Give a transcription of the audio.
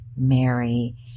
Mary